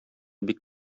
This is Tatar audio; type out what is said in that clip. бик